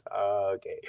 Okay